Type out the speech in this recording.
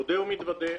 מודה ומתוודה,